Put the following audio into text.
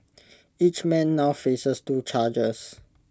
each man now faces two charges